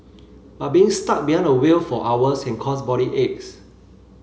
but being stuck behind the wheel for hours can cause body aches